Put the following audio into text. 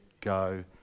go